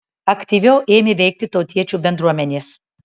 aktyviau ėmė veikti tautiečių bendruomenės